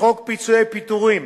לחוק פיצויי פיטורים,